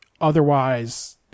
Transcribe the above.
otherwise